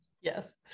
Yes